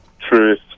truth